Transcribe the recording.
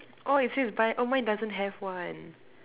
oh it says buy oh mine doesn't have one